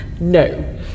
No